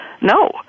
No